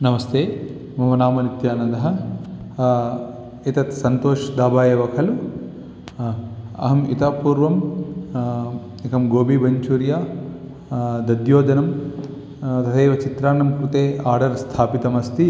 नमस्ते मम नाम नित्यानन्दः एतत् सन्तोष् डाबा एव खलु हा अहम् इतः पूर्वं एकं गोबी मञ्चूरिया दध्योदनं तथैव चित्रान्नं कृते आडर् स्थापितमस्ति